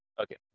Okay